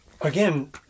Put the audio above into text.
again